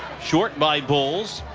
short by bolles.